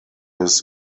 his